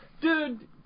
Dude